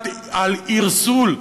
על ערסול,